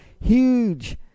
huge